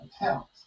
accounts